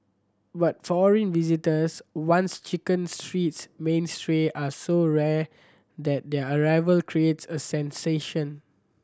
but foreign visitors once Chicken Street's mainstay are so rare that their arrival creates a sensation